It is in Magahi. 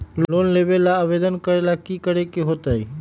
लोन लेबे ला आवेदन करे ला कि करे के होतइ?